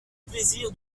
plaisir